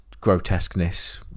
grotesqueness